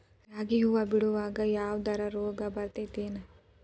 ರಾಗಿ ಹೂವು ಬಿಡುವಾಗ ಯಾವದರ ರೋಗ ಬರತೇತಿ ಏನ್?